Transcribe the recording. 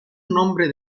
nombre